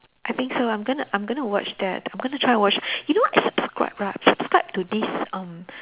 I think so I'm gonna I'm gonna watch that I'm gonna try and watch you know I subscribe right I subscribe to this um